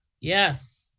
Yes